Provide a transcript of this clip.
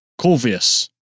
Corvius